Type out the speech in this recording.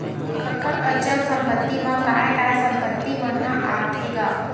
कका अचल संपत्ति मा काय काय संपत्ति मन ह आथे गा?